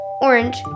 orange